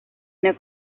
una